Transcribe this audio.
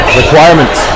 requirements